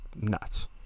nuts